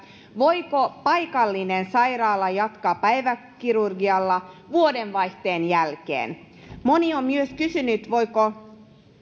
voiko paikallinen sairaala jatkaa päiväkirurgialla vuodenvaihteen jälkeen moni on myös kysynyt voiko